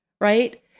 right